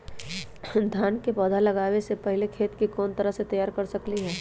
धान के पौधा लगाबे से पहिले खेत के कोन तरह से तैयार कर सकली ह?